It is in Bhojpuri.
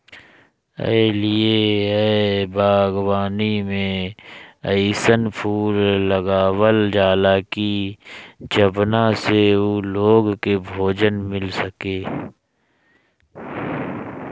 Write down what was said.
ए लिए इ बागवानी में अइसन फूल लगावल जाला की जवना से उ लोग के भोजन मिल सके